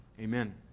amen